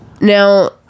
Now